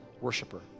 worshiper